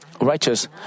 righteous